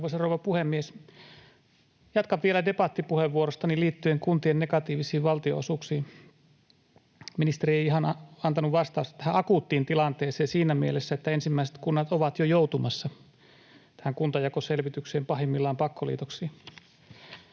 Jatkan vielä debattipuheenvuorostani liittyen kuntien negatiivisiin valtionosuuksiin. Ministeri ei ihan antanut vastausta tähän akuuttiin tilanteeseen siinä mielessä, että ensimmäiset kunnat ovat jo joutumassa tähän kuntajakoselvitykseen, pahimmillaan pakkoliitoksiin.